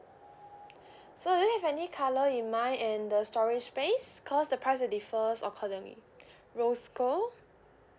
so do you have any colour in mind and the storage space because the price will differs accordingly rose gold